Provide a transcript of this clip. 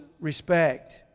respect